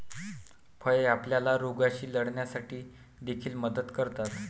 फळे आपल्याला रोगांशी लढण्यासाठी देखील मदत करतात